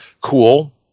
cool